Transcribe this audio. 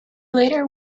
later